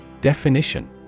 Definition